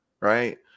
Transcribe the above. right